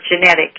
genetic